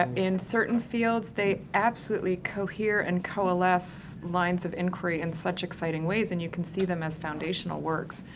ah in certain fields, they absolutely cohere and coalesce lines of inquiry in such exciting ways and you can see them as foundational works,